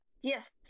Yes